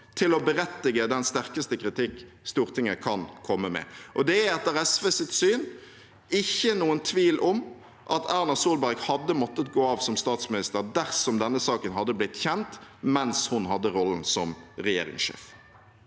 til å berettige den sterkeste kritikk Stortinget kan komme med. Det er etter SVs syn ingen tvil om at Erna Solberg hadde måttet gå av som statsminister dersom denne saken hadde blitt kjent mens hun hadde rollen som regjeringssjef.